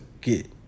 get